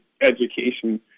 education